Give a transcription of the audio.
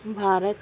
Bharat